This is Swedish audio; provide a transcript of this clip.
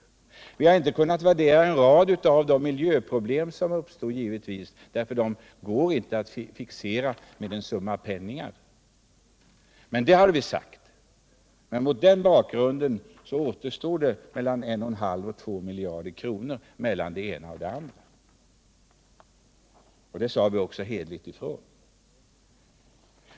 Vi har givetvis inte kunnat värdera många av de miljöproblem som uppstår, ty de går inte att fixera med en summa penningar. Mot den bakgrunden återstår mellan 1 och 1 1/2 miljarder kronor mellan det ena och det andra. Det sade vi också hederligt ifrån.